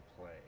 play